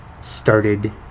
started